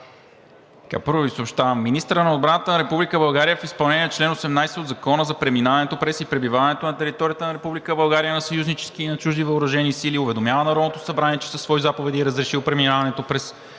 госпожо Ангелкова: Министърът на отбраната на Република България в изпълнение на чл. 18 от Закона за преминаването през и пребиваването на територията на Република България на съюзнически и на чужди въоръжени сили уведомява Народното събрание, че със свои заповеди е разрешил преминаването през